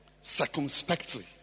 circumspectly